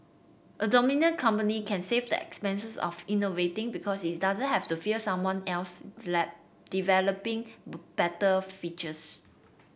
a dominant company can save the expense of innovating because it doesn't have to fear someone else developing better features